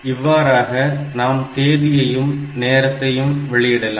இவ்வாறாக நாம் தேதியையும் நேரத்தையும் வெளியிடலாம்